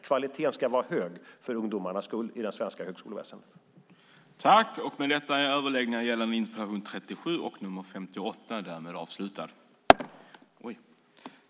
Kvaliteten ska vara hög i det svenska högskoleväsendet för ungdomarnas skull.